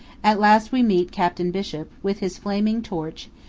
at last we meet captain bishop, with his flaming torch,